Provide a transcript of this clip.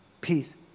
Peace